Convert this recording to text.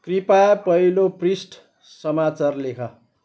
कृपया पहिलो पृष्ठ समाचार लेख